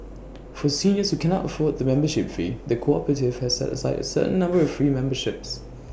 for seniors who cannot afford the membership fee the cooperative has set aside A certain number of free memberships